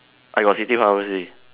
I got city pharmacy